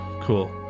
cool